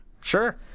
Sure